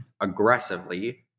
aggressively